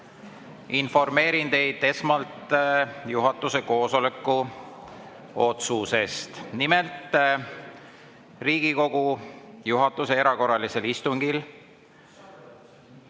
Informeerin teid esmalt juhatuse koosoleku otsusest. Nimelt, Riigikogu juhatuse erakorralisel istungil,